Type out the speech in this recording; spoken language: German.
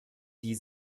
die